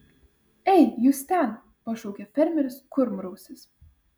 ei jūs ten pašaukė fermeris kurmrausis